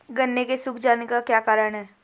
गन्ने के सूख जाने का क्या कारण है?